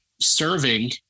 serving